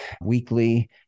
weekly